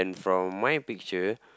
from my picture